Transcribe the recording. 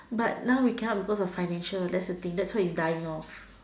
but now we cannot because of financial that's the thing that's why we dying off